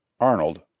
Arnold